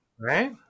Right